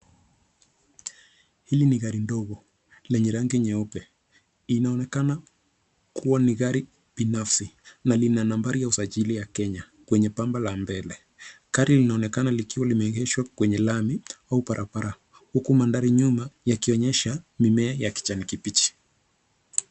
Hili ni gari ndogo lenye rangi nyeupe. Inaonekana kuwa ni gari binafsi na lina nambari ya usajili ya Kenya kwenye pamba la mbele. Gari linaoneknaa likiwa limeegeshwa kwenye lami au barabara, huku mandhari nyuma yakionyesha mimea ya kijani kibichi.